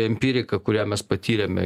empirika kurią mes patyrėme